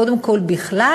קודם כול בכלל,